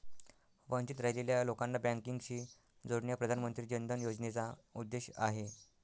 वंचित राहिलेल्या लोकांना बँकिंगशी जोडणे हा प्रधानमंत्री जन धन योजनेचा उद्देश आहे